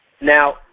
Now